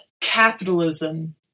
capitalism